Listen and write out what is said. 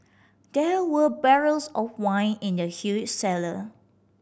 there were barrels of wine in the huge cellar